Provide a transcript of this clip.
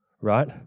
right